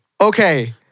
Okay